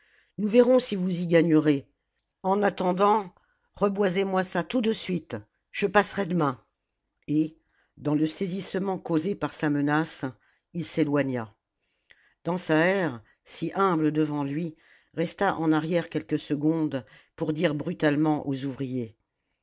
nous verrons si vous y gagnerez en attendant reboisez moi ça tout de suite je passerai demain et dans le saisissement causé par sa menace il s'éloigna dansaert si humble devant lui resta en arrière quelques secondes pour dire brutalement aux ouvriers